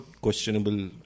Questionable